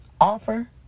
Offer